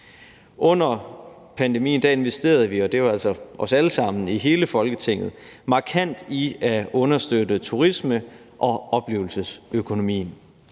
hele Folketinget, markant i at understøtte turisme- og oplevelsesøkonomien.